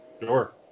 Sure